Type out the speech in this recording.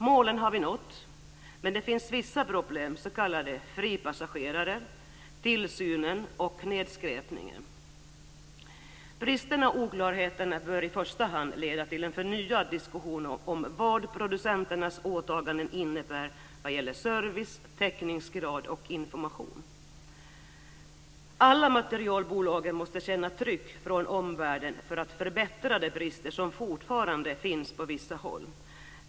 Målen har vi nått, men det finns vissa problem såsom s.k. fripassagerare, tillsynen och nedskräpningen. Bristerna och oklarheterna bör i första hand leda till en förnyad diskussion om vad producenternas åtaganden innebär för service, täckningsgrad och information. Alla materialbolag måste känna tryck från omvärlden för att förbättra de brister som fortfarande finns på vissa håll.